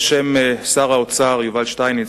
בשם שר האוצר יובל שטייניץ,